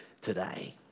today